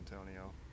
Antonio